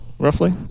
roughly